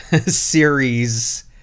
series